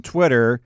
Twitter